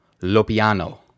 Lopiano